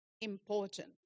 important